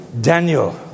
Daniel